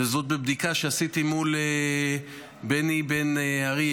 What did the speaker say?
וזאת מבדיקה שעשיתי מול בני בן ארי,